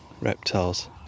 reptiles